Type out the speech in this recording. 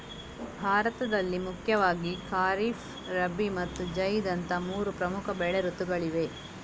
ಭಾರತದಲ್ಲಿ ಮುಖ್ಯವಾಗಿ ಖಾರಿಫ್, ರಬಿ ಮತ್ತು ಜೈದ್ ಅಂತ ಮೂರು ಪ್ರಮುಖ ಬೆಳೆ ಋತುಗಳಿವೆ